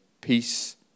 peace